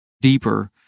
deeper